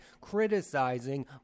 criticizing